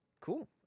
cool